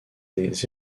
des